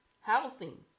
Housing